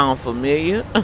familiar